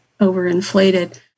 overinflated